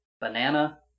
Banana